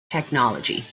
technology